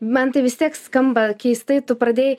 man tai vis tiek skamba keistai tu pradėjai